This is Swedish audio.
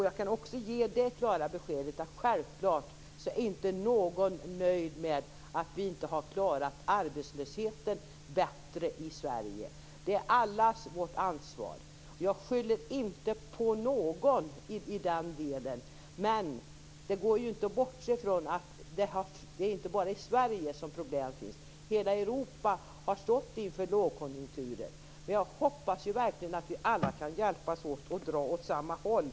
Jag kan också ge det klara beskedet att självklart är inte någon nöjd med att vi inte har klarat arbetslösheten bättre i Sverige. Det är allas vårt ansvar. Jag skyller inte på någon i den delen. Men det går inte att bortse från att det inte bara är i Sverige som den finns. Hela Europa har stått inför lågkonjunkturer. Jag hoppas verkligen att vi alla kan hjälpas åt att dra åt samma håll.